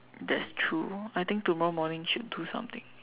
that's true I think tomorrow morning should do something